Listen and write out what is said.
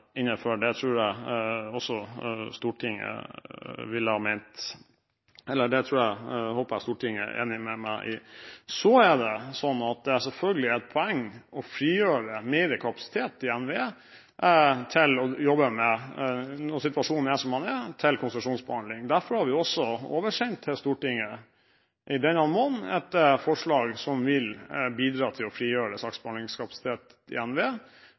håper jeg Stortinget er enig med meg i. Det er selvfølgelig et poeng å frigjøre mer kapasitet i NVE – når situasjonen er som den er – til konsesjonsbehandling. Derfor har vi oversendt til Stortinget i denne måneden et forslag som vil bidra til å frigjøre saksbehandlingskapasitet